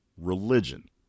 Religion